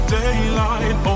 daylight